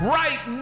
right